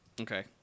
Okay